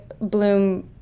Bloom